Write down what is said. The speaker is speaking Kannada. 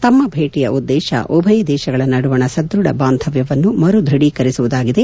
ತಮ್ಮ ಭೇಟಿಯ ಉದ್ದೇಶ ಉಭಯ ದೇಶಗಳ ನಡುವಣ ಸದೃಢ ಬಾಂಧವ್ಯವನ್ನು ಮರುದೃಢೀಕರಿಸುವುದಾಗಿದೆ